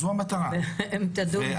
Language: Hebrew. נכון.